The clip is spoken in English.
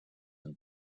and